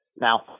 Now